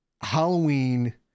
Halloween